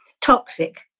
toxic